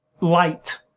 light